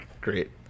Great